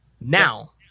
Now